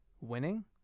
winning